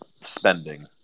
spending –